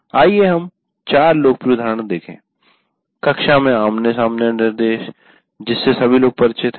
आइए हम इसके चार लोकप्रिय उदाहरण देखे कक्षा में आमने सामने निर्देश जिससे सभी लोग परिचित हैं